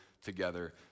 together